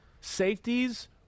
Safeties